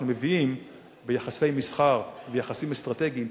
מביאים ביחסי מסחר ויחסים אסטרטגיים,